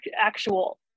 actual